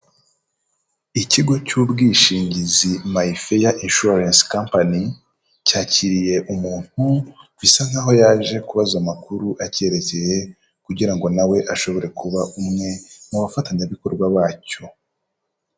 Ikigo cy'ubwishingizi Mayifeya inshuwarense kampani, cyakiriye umuntu bisa nk nkaho yaje kubaza amakuru acyerekeye kugira ngo nawe ashobore kuba umwe mu bafatanyabikorwa bacyo.